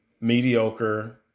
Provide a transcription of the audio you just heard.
mediocre